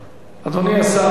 אדוני השר.